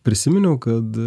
prisiminiau kad